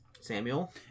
Samuel